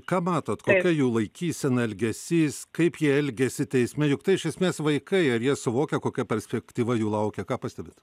ką matot kokia jų laikysena elgesys kaip jie elgiasi teisme juk tai iš esmės vaikai ar jie suvokia kokia perspektyva jų laukia ką pastebit